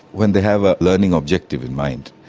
when they have a learning objective in mind.